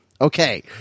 Okay